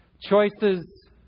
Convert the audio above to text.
choices